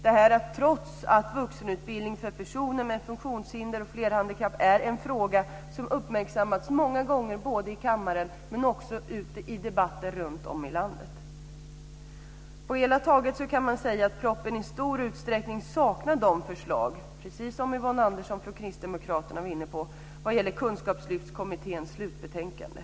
Detta trots att vuxenutbildning för personer med funktionshinder är en fråga som uppmärksammats många gånger här i kammaren men också i debatter runtom i landet. På det hela taget kan man säga - precis som Yvonne Andersson från Kristdemokraterna var inne på - att propositionen i stor utsträckning saknar de förslag som fanns i kunskapslyftskommittén slutbetänkande.